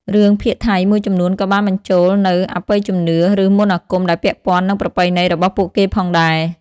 រឿងភាគថៃមួយចំនួនក៏បានបញ្ចូលនូវអបិយជំនឿ ឬមន្តអាគមដែលពាក់ព័ន្ធនឹងប្រពៃណីរបស់ពួកគេផងដែរ។